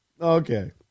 Okay